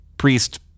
Priest